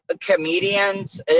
comedians